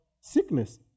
sickness